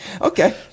Okay